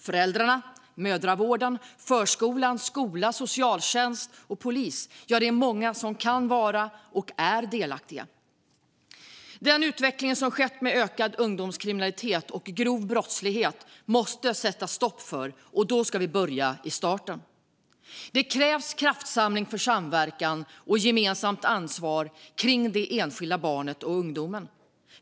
Föräldrarna, mödravården, förskolan, skolan, socialtjänsten och polisen - ja, det är många som kan vara och är delaktiga. Den utveckling som skett med ökad ungdomskriminalitet och grov brottslighet måste vi sätta stopp för, och vi ska börja i starten. Det krävs kraftsamling för samverkan och gemensamt ansvar när det gäller det enskilda barnet och den enskilda ungdomen.